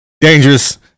Dangerous